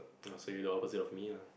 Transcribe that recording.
!ah! so you are the opposite of me ya